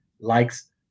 likes